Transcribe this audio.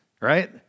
right